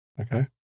Okay